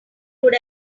would